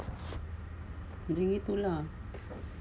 macam gitu lah